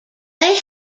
they